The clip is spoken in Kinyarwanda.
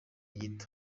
gito